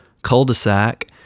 Cul-de-sac